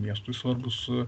miestui svarbūs